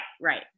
right